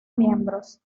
miembros